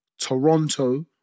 Toronto